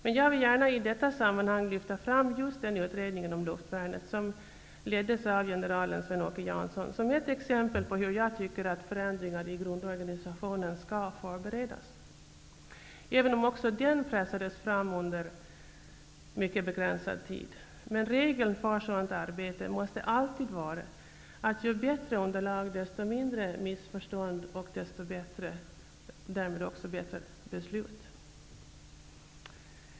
Men jag vill gärna i detta sammanhang lyfta fram just den utredning om luftvärnet som leddes av generalen Sven-Åke Jansson som ett exempel på hur jag tycker att förändringar i grundorganisationen skall förberedas -- även om också den pressades fram under en mycket begränsad tid. Regeln för sådant arbete måste alltid vara, att ju bättre underlag, desto mindre missförstånd och därmed bättre beslut.